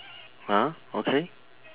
uh okay